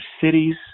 cities